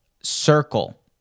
circle